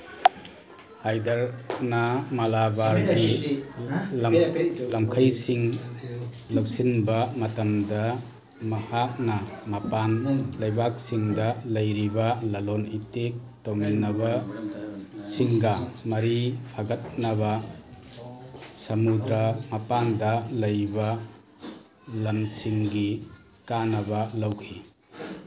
ꯍꯥꯏꯗꯔꯅ ꯃꯂꯥꯕꯥꯔꯒꯤ ꯂꯝꯈꯩꯁꯤꯡ ꯂꯧꯁꯤꯟꯕ ꯃꯇꯝꯗ ꯃꯍꯥꯛꯅ ꯃꯄꯥꯟ ꯂꯩꯕꯥꯛꯁꯤꯡꯗ ꯂꯩꯔꯤꯕ ꯂꯂꯣꯟ ꯏꯇꯤꯛ ꯇꯧꯃꯤꯟꯅꯕꯁꯤꯡꯒ ꯃꯔꯤ ꯐꯒꯠꯅꯕ ꯁꯃꯨꯗ꯭ꯔ ꯃꯄꯥꯟꯗ ꯂꯩꯕ ꯂꯝꯁꯤꯡꯒꯤ ꯀꯥꯟꯅꯕ ꯂꯧꯈꯤ